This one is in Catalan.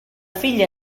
filla